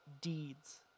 deeds